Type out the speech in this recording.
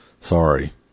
Sorry